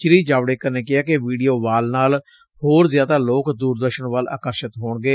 ਸ੍ਰੀ ਜਾਵਡੇਕਰ ਨੇ ਕਿਹਾ ਕਿ ਵੀਡੀਓ ਵਾਲ ਨਾਲ ਹੋਰ ਜ਼ਿਆਦਾ ਲੋਕ ਦੁਰਦਰਸ਼ਨ ਵੱਲ ਆਕਰਸ਼ਿਤ ਹੋਣਗੇ